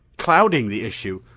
clouding the issue.